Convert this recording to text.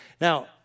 Now